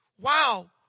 Wow